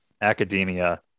academia